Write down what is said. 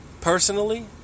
personally